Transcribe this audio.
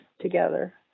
together